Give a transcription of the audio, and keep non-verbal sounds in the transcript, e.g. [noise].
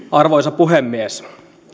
[unintelligible] arvoisa puhemies